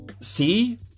see